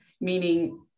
meaning